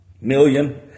million